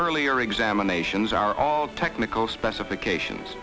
earlier examinations are all technical specifications